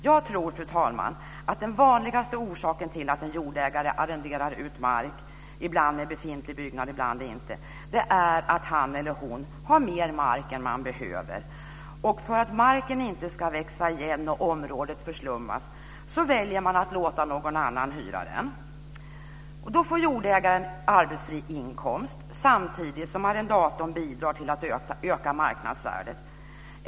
Jag tror, fru talman, att den vanligaste orsaken till att en jordägare arrenderar ut mark, ibland med befintlig byggnad, ibland utan, är att han eller hon har mer mark än vederbörande behöver. För att marken inte ska växa igen och området förslummas väljer man att låta någon annan hyra den. Då får jordägaren arbetsfri inkomst samtidigt som arrendatorn bidrar till att öka marknadsvärdet.